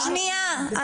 שנייה.